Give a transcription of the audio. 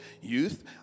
youth